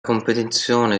competizione